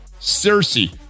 cersei